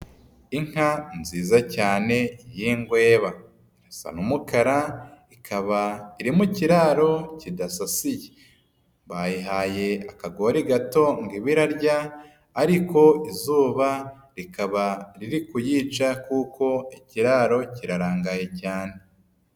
Inka nziza cyane y'ingweba. Isa n'umukara, ikaba iri mu kiraro kidasasiye. Bayihaye akagori gato ngo ibe irarya ariko izuba rikaba riri kuyica kuko ikiraro kirarangaye cyane.